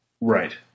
Right